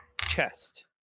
chest